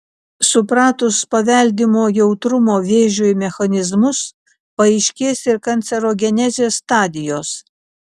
supratus paveldimo jautrumo vėžiui mechanizmus paaiškės ir kancerogenezės stadijos